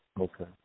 okay